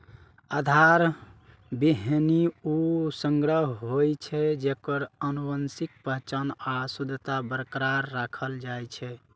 आधार बीहनि ऊ संग्रह होइ छै, जेकर आनुवंशिक पहचान आ शुद्धता बरकरार राखल जाइ छै